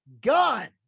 gun